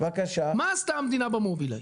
מה עשתה המדינה במובילאיי?